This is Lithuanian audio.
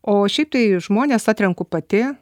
o šiaip tai žmones atrenku pati